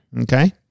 Okay